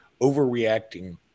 overreacting